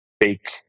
fake